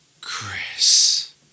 Chris